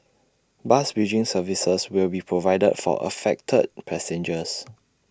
bus bridging services will be provided for affected passengers